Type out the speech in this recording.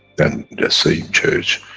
then the same church,